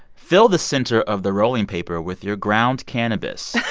fill the center of the rolling paper with your ground cannabis.